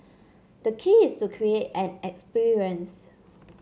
the key is to create an experience